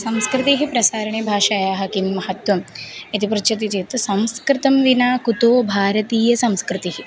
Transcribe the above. संस्कृतेः प्रसारणे भाषायाः किं महत्वम् इति पृच्छति चेत् संस्कृतं विना कुतो भारतीयसंस्कृतिः